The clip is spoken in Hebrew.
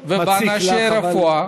קיים מחסור ברופאים ובאנשי רפואה.